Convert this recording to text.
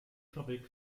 fabrik